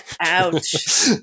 Ouch